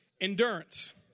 endurance